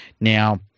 Now